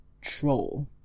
troll